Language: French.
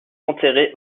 enterré